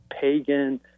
pagan